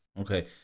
Okay